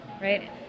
right